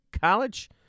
College